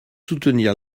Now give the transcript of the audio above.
soutenir